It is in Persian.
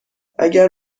اگر